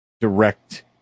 direct